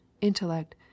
intellect